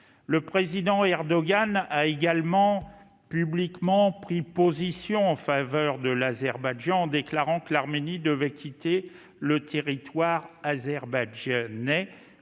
Le président Erdogan a également pris publiquement position en faveur de l'Azerbaïdjan en déclarant que l'Arménie devait quitter « le territoire azerbaïdjanais